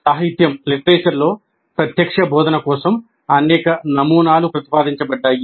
సాహిత్యంలో ప్రత్యక్ష బోధన కోసం అనేక నమూనాలు ప్రతిపాదించబడ్డాయి